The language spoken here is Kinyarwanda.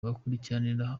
abakurikiranira